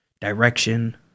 direction